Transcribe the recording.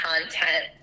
content